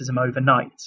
overnight